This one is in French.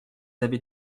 avait